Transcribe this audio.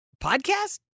podcast